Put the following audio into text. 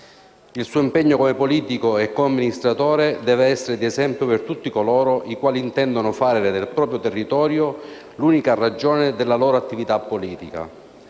Il suo impegno come politico e amministratore deve essere di esempio per tutti coloro i quali intendono fare del proprio territorio l'unica ragione della loro attività politica.